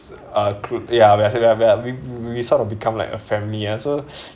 uh crud~ ya basically we be like we we sort of become like a family ah so